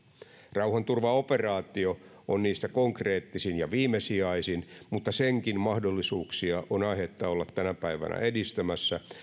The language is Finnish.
rauhanturvaoperaatio on niistä konkreettisin ja viimesijaisin mutta senkin mahdollisuuksia on aihetta olla tänä päivänä edistämässä